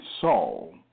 Saul